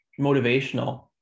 motivational